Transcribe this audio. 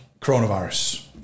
coronavirus